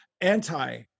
anti